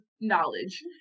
knowledge